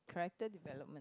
character development